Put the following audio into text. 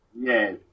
Yes